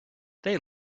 they